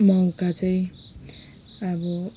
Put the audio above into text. मौका चाहिँ अब